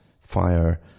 fire